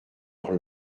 leur